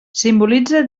simbolitza